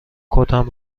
کتم